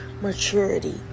maturity